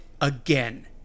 again